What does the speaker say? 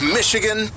Michigan